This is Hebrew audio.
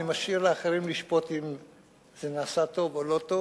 ואני משאיר לאחרים לשפוט אם זה נעשה טוב או לא טוב.